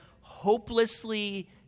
hopelessly